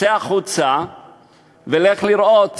צא החוצה ולך לראות